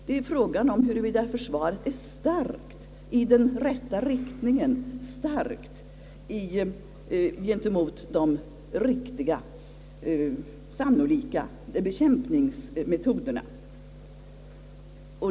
Det är en fråga om huruvida försvaret är starkt i den rätta riktningen, starkt när det gäller de riktiga och sannolika bekämpningsmetoderna.